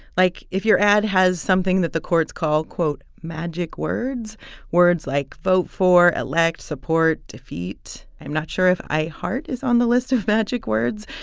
like if your ad has something that the courts call quote, magic words words like vote for, elect, support, defeat. i'm not sure if i heart is on the list of magic words.